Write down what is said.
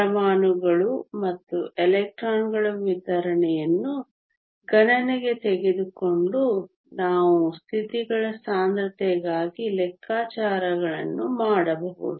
ಪರಮಾಣುಗಳು ಮತ್ತು ಎಲೆಕ್ಟ್ರಾನ್ಗಳ ವಿತರಣೆಯನ್ನು ಗಣನೆಗೆ ತೆಗೆದುಕೊಂಡು ನಾವು ಸ್ಥಿತಿಗಳ ಸಾಂದ್ರತೆಗಾಗಿ ಲೆಕ್ಕಾಚಾರಗಳನ್ನು ಮಾಡಬಹುದು